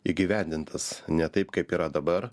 įgyvendintas ne taip kaip yra dabar